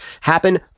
happen